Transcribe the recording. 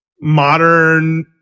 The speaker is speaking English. modern